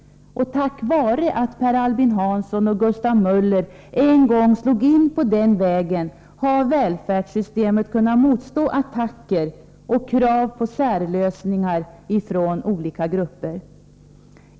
Tack var att Per Albin Hansson och Gustav Möller en gång slog in på denna väg har välfärdssystemet kunnat motstå attacker och krav på särlösningar från olika grupper.